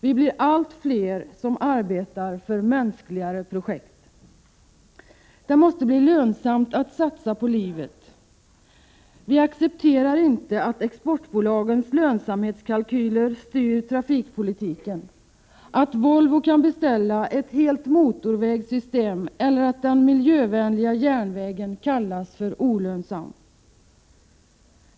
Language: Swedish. Vi blir allt fler som arbetar för mänskligare projekt. Det måste bli lönsamt att satsa på livet. Vi accepterar inte att exportbolagens lönsamhetskalkyler styr trafikpolitiken — att Volvo kan beställa ett helt motorvägssystem eller att den miljövänliga järnvägen kallas för olönsam.